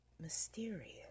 mysterious